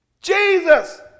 Jesus